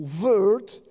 word